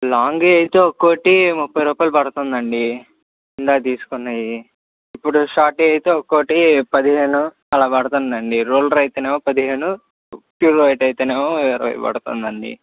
long అవి అయితే ఒక్కోటి ముప్పై రూపాయలు పడుతుందండి ఇందాక తీసుకున్నవి ఇప్పుడు షార్ట్ అయితే ఒక్కోటి పదిహేను అలా పడుతుంది అండి రూల్డ్ అయితే ఏమో పదిహేను ప్యూర్ వైట్ అయితే ఏమో ఇరువై పడుతుంది అండి